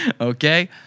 Okay